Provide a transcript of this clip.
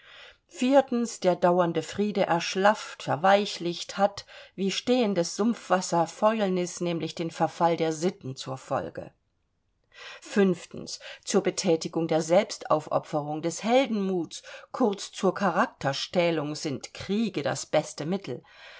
der dauernde friede erschlafft verweichlicht hat wie stehendes sumpfwasser fäulnis nämlich den verfall der sitten zur folge zur bethätigung der selbstaufopferung des heldenmuts kurz zur charakterstählung sind kriege das beste mittel